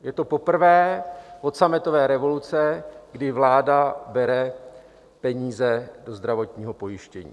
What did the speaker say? Je to poprvé od sametové revoluce, kdy vláda bere peníze ze zdravotního pojištění.